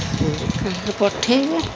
କାହାକୁ ପଠେଇବି